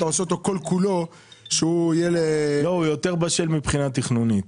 הוא יותר בשל מבחינה תכנונית.